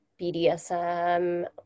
BDSM